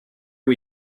are